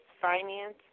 finance